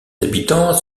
habitants